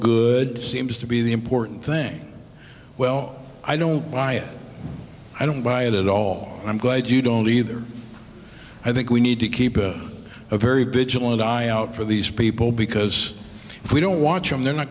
good seems to be the important thing well i don't buy it i don't buy it at all i'm glad you don't either i think we need to keep a very vigilant eye out for these people because if we don't watch them they're not